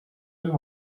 and